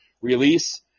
release